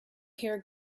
hear